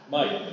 Mike